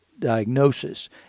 diagnosis